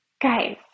Guys